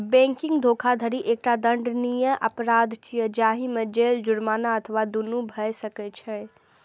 banking धोखाधड़ी एकटा दंडनीय अपराध छियै, जाहि मे जेल, जुर्माना अथवा दुनू भए सकै छै